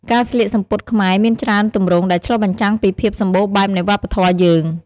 ការស្លៀកសំពត់ខ្មែរមានច្រើនទម្រង់ដែលឆ្លុះបញ្ចាំងពីភាពសម្បូរបែបនៃវប្បធម៌យើង។